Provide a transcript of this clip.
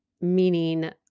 meaning